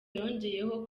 yongeyeho